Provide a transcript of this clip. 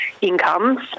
incomes